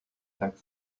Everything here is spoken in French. cinq